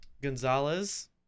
Gonzalez